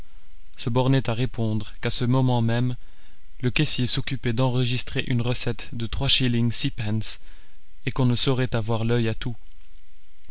se bornait à répondre qu'à ce moment même le caissier s'occupait d'enregistrer une recette de trois shillings six pence et qu'on ne saurait avoir l'oeil à tout